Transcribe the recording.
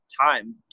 time